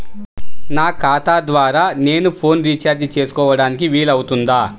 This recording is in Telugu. నా ఖాతా ద్వారా నేను ఫోన్ రీఛార్జ్ చేసుకోవడానికి వీలు అవుతుందా?